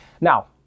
Now